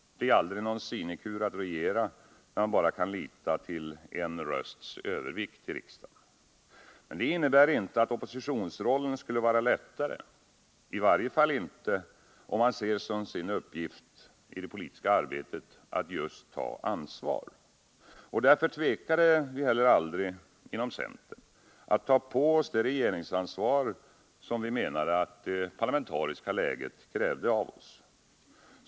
Det är aldrig någon sinekur att regera, när man bara kan lita till en rösts övervikt i riksdagen. Det innebär inte att oppositionsrollen skulle vara lättare, i varje fall inte om man ser som sin uppgift att ta ansvar i det politiska arbetet. Därför tvekade heller aldrig vi i centern att ta på oss det regeringsansvar som vi menade att det parlamentariska läget krävde av oss.